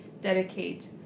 dedicate